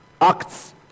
Acts